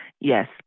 Yes